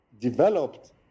developed